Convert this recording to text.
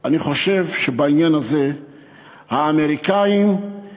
אני חושב שבעניין הזה האמריקנים הם